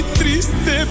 triste